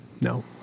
No